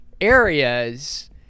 areas